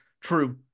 true